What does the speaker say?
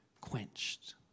quenched